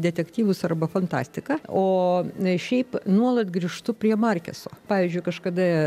detektyvus arba fantastiką o šiaip nuolat grįžtu prie markeso pavyzdžiui kažkada